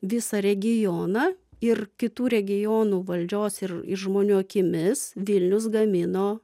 visą regioną ir kitų regionų valdžios ir ir žmonių akimis vilnius gamino